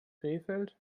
krefeld